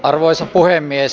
arvoisa puhemies